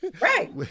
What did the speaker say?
Right